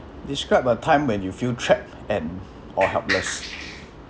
describe a time when you feel trapped and or helpless